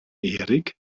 erik